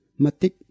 matik